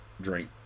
drink